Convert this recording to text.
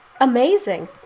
amazing